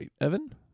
Evan